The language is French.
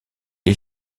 est